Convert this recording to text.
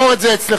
שמור את זה אצלך.